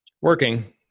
working